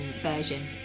version